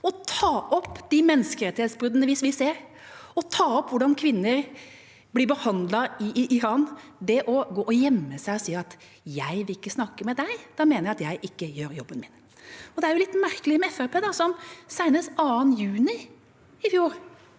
å ta opp de menneskerettighetsbruddene vi ser, og ta opp hvordan kvinner blir behandlet i Iran. Det å gå og gjemme seg og si at jeg ikke vil snakke med ham – da mener jeg at jeg ikke gjør jobben min. Det er litt merkelig med Fremskrittspartiet, som senest 2. juni i fjor